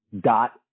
dot